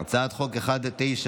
הצעת חוק פ/1985.